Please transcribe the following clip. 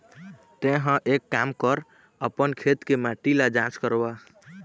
तेंहा एक काम कर अपन खेत के माटी ल जाँच करवा